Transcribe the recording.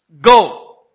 Go